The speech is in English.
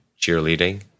cheerleading